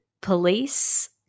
police